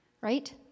right